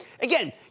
Again